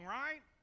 right